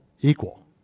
equal